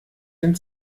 den